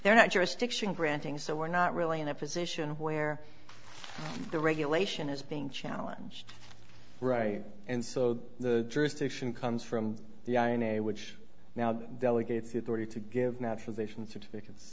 they're not jurisdiction granting so we're not really in a position where the regulation is being challenge right and so the jurisdiction comes from the ion a which now delegates authority to give naturalization certificates